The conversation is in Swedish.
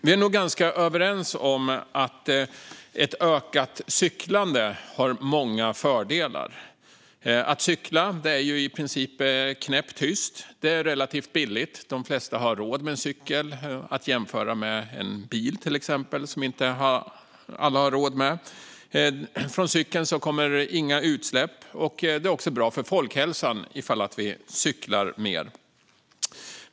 Vi är nog ganska överens om att ett ökat cyklande har många fördelar. Att cykla är i princip knäpptyst. Det är relativt billigt - de flesta har råd med en cykel, att jämföra med till exempel en bil som alla inte har råd med. Från cykeln kommer det dessutom inga utsläpp. Och det är bra för folkhälsan ifall vi cyklar mer.